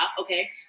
okay